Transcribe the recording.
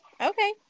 okay